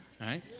right